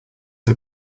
are